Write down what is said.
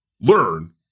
learn